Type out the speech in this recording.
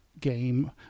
game